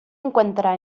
encuentra